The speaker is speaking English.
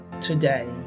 today